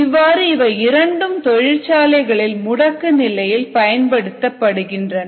இவ்வாறு இவை இரண்டும் தொழிற்சாலைகளில் முடக்கு நிலையில் பயன்படுத்தப்படுகின்றன